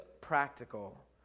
practical